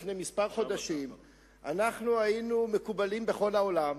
לפני כמה חודשים היינו מקובלים בכל העולם,